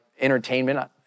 entertainment